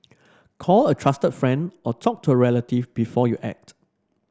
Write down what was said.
call a trusted friend or talk to a relative before you act